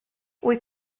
wyt